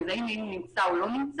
מזהים אם הוא נמצא או לא נמצא.